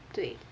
对